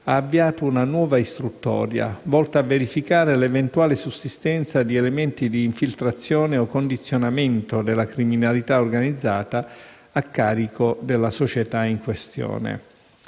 ha avviato una nuova istruttoria, volta a verificare l'eventuale sussistenza di elementi di infiltrazione o condizionamento della criminalità organizzata a carico della società in questione.